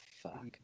fuck